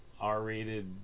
R-rated